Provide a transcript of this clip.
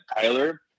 Tyler